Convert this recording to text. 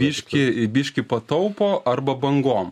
biškį biškį pataupo arba bangom